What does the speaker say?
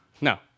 No